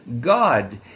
God